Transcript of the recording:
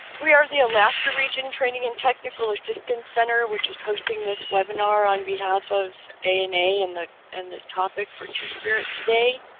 we are the alaska region training and technical assistance center, which is hosting this webinar on behalf of ana and the and the topic for two spirit today.